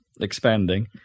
expanding